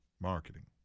Marketing